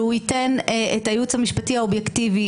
שהוא ייתן את הייעוץ המשפטי האובייקטיבי,